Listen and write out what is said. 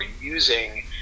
using